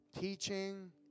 teaching